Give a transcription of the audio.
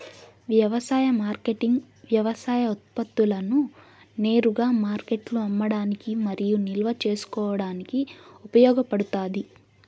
వ్యవసాయ మార్కెటింగ్ వ్యవసాయ ఉత్పత్తులను నేరుగా మార్కెట్లో అమ్మడానికి మరియు నిల్వ చేసుకోవడానికి ఉపయోగపడుతాది